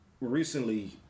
recently